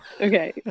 Okay